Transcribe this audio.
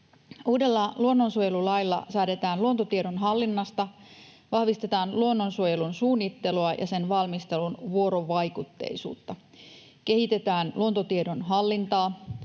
Uudella luonnonsuojelulailla säädetään luontotiedon hallinnasta, vahvistetaan luonnonsuojelun suunnittelua ja sen valmistelun vuorovaikutteisuutta, kehitetään luontotiedon hallintaa